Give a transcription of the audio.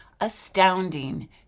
Astounding